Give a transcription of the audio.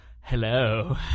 Hello